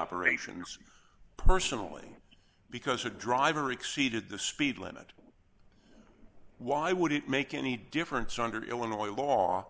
operations personally because a driver exceeded the speed limit why would it make any difference under illinois law